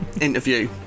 interview